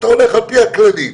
הרכבת התחתית, מטרו,